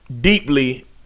Deeply